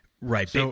Right